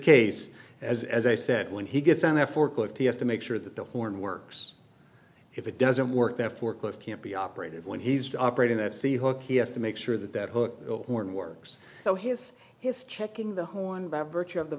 case as as i said when he gets on that forklift he has to make sure that the horn works if it doesn't work that forklift can't be operated when he's operating that sea hook he has to make sure that that hook and works so he has his checking the horn by virtue of the